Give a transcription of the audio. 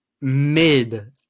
mid